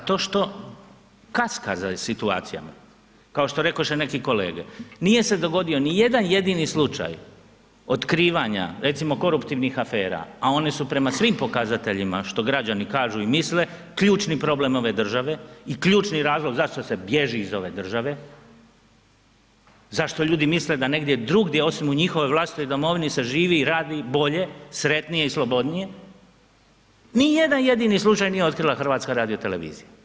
Zato što kaska za situacijama, kao što rekoše neki kolege, nije se dogodio ni jedan jedini slučaj otkrivanja recimo koruptivnih afera, a one su prema svim pokazateljima što građani kažu i misle, ključni problem ove države i ključni razlog zašto se bježi iz ove države, zašto ljudi misle da negdje drugdje osim u njihovoj vlastitoj domovini se živi i radi bolje, sretnije i slobodnije, ni jedan jedini slučaj nije otkrila HRT.